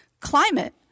Climate